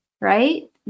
Right